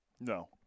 No